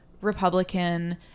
Republican